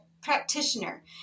practitioner